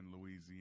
Louisiana